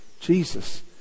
Jesus